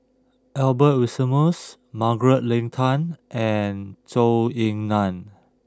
Albert Winsemius Margaret Leng Tan and Zhou Ying Nan